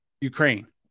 Ukraine